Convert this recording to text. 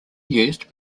used